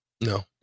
no